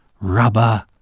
rubber